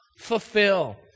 fulfill